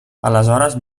aleshores